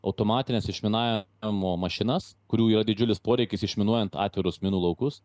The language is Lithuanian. automatines išmina amo mašinas kurių yra didžiulis poreikis išminuojant atvirus minų laukus